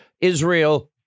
Israel